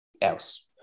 else